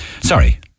sorry